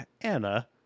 Anna